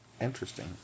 Interesting